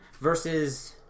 versus